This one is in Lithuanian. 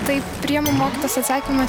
taip priimu mokytojos atsakymą